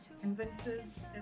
convinces